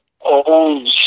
old